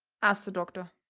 asts the doctor.